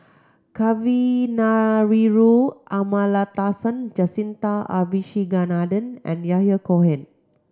Kavignareru Amallathasan Jacintha Abisheganaden and Yahya Cohen